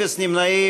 אפס נמנעים.